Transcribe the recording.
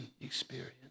experience